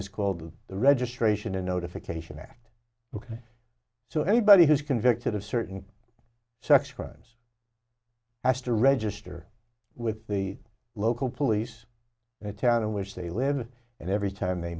is called the registration a notification act ok so anybody who's convicted of certain sex crimes has to register with the local police in a town in which they live and every time they